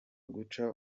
guca